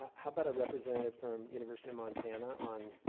how about a representative from university of montana on,